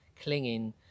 clinging